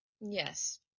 yes